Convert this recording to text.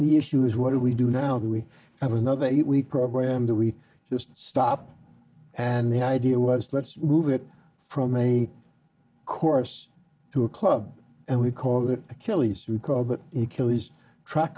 the issue is what do we do now that we have another eight week program that we just stop and the idea was let's move it from a course to a club and we call that achilles recall that he killed his truck